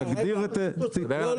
אתה יכול